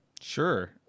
Sure